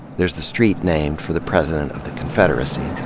there's the street named for the president of the confederacy,